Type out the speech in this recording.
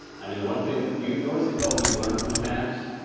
i mean, the one thing you you always think, oh, we had learned from the past.